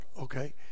okay